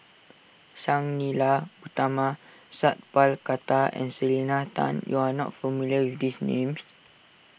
Sang Nila Utama Sat Pal Khattar and Selena Tan you are not familiar with these names